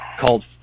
called